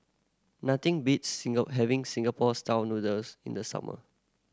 nothing beats having Singapore Style Noodles in the summer